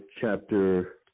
chapter